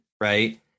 right